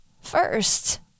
first